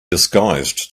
disguised